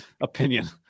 opinion